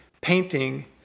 painting